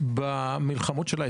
לקחו לנו משהו מהנשמה שלנו.